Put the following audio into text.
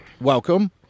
welcome